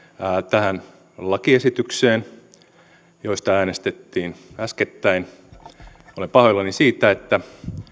tähän lakiesitykseen joista äänestettiin äskettäin olen pahoillani siitä että